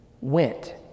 went